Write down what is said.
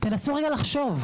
תנסו רגע לחשוב.